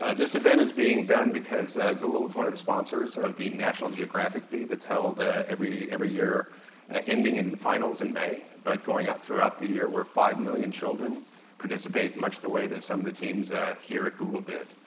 ah this event is being done because google is one of the sponsors of the national geographic bee that's held ah every every year ah ending in the finals in may, but going out throughout the year where five million children participate much of the way that some of the teams here at google did.